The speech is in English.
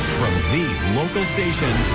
the local station,